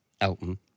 Elton